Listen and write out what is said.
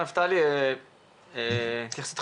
התייחסות חשובה.